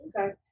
okay